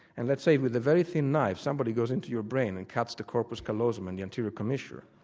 and let's say with a very thin knife, somebody goes into your brain and cuts the corpus callosum and the anterior commissure.